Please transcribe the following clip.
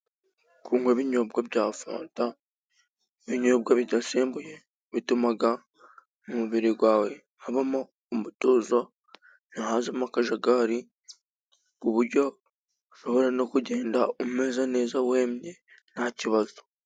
Kunywa ibinyobwa bya fanta, ibinyobwa bidasembuye bituma mu mubiri wawe habamo umutuzo ntihazemo akajagari ,ku buryo ushobora no kugenda umeze neza wemye ntakibazo.